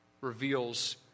reveals